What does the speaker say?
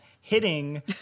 hitting